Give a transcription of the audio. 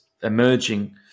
emerging